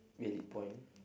will it point